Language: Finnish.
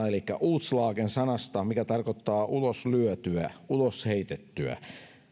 elikkä utslagen sanasta mikä tarkoittaa ulos lyötyä ulos heitettyä